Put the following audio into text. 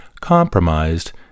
compromised